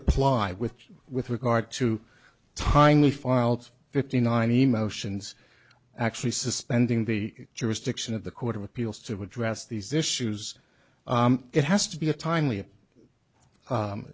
apply with with regard to time we filed fifty nine emotions actually suspending the jurisdiction of the court of appeals to address these issues it has to be a timely